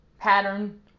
pattern